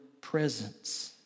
presence